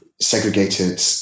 segregated